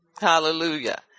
Hallelujah